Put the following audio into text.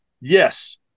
yes –